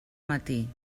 matí